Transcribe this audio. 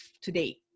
today